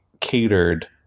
catered